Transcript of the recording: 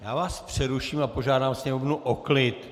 Já vás přeruším a požádám sněmovnu o klid.